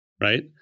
right